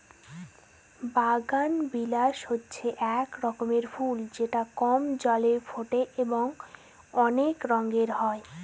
বাগানবিলাস হচ্ছে এক রকমের ফুল যেটা কম জলে ফোটে এবং অনেক রঙের হয়